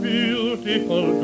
Beautiful